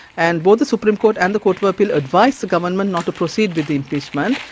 and both the supreme court and the court of appeal advised the government not to proceed with the impeachment,